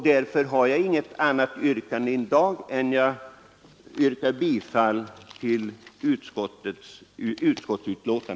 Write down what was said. Därför har jag i dag inget annat yrkande än om bifall till utskottets hemställan.